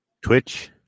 Twitch